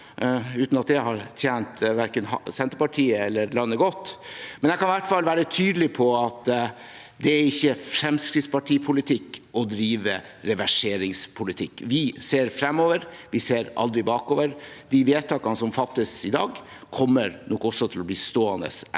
uten at det har tjent verken Senterpartiet eller landet godt. Men jeg kan i hvert fall være tydelig på at det ikke er Fremskrittspartipolitikk å drive reverseringspolitikk. Vi ser fremover. Vi ser aldri bakover. De vedtakene som fattes i dag, kommer nok også til å bli stående etter